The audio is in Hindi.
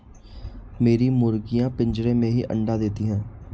मेरी मुर्गियां पिंजरे में ही अंडा देती हैं